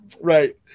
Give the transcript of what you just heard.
Right